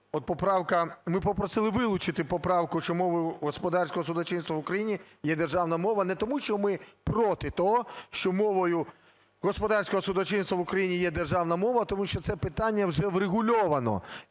От поправка, ми попросили вилучити поправку, що мовою господарського судочинства в Україні є державна мова, не тому, що ми проти того, що мовою господарського судочинства в Україні є державна мова, а тому що це питання вже врегульовано,